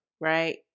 right